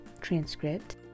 transcript